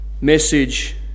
message